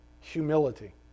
humility